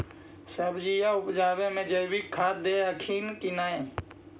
सब्जिया उपजाबे मे जैवीक खाद दे हखिन की नैय?